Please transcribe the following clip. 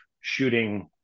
shooting